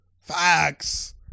Facts